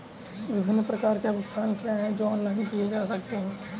विभिन्न प्रकार के भुगतान क्या हैं जो ऑनलाइन किए जा सकते हैं?